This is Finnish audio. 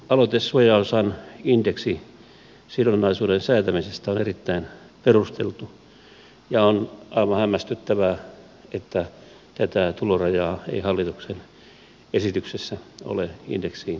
aloite suojaosan indeksisidonnaisuuden säätämisestä on erittäin perusteltu ja on aivan hämmästyttävää että tätä tulorajaa ei hallituksen esityksessä ole indeksiin sidottu